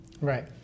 Right